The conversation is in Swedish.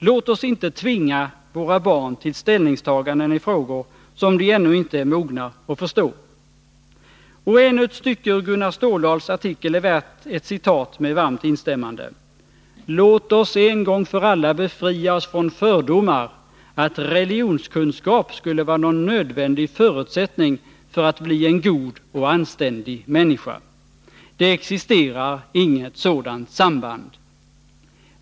Låt oss inte tvinga våra barn till ställningstaganden i frågor som de ännu inte är mogna att förstå. Ännu ett stycke ur Gunnar Ståldals artikel är värt ett citat med varmt instämmande: ”Låt oss en gång för alla befria oss från fördomar att religionskunskap skulle vara någon nödvändig förutsättning för att bli en god och anständig människa. Det existerar inget sådant samband.